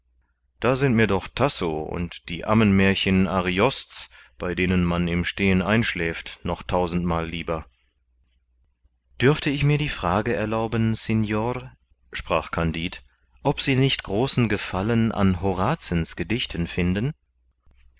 da sind mir doch tasso und die ammenmährchen ariost's bei denen man im stehen einschläft noch tausendmal lieber dürfte ich mir die frage erlauben signor sprach kandid ob sie nicht großen gefallen an horazens gedichten finden